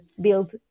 build